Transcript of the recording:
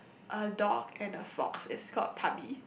a dog and a frog is call Tubbie